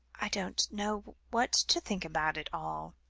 i don't know what to think about it all,